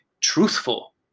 truthful